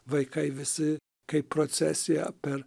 vaikai visi kaip procesija per